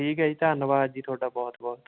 ਠੀਕ ਹੈ ਜੀ ਧੰਨਵਾਦ ਜੀ ਤੁਹਾਡਾ ਬਹੁਤ ਬਹੁਤ